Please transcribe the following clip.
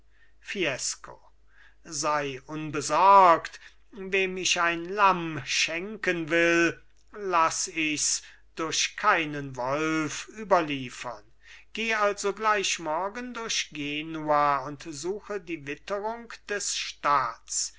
fiesco sei unbesorgt wem ich ein lamm schenken will laß ichs durch keinen wolf überliefern geh also gleich morgen durch genua und suche die witterung des staats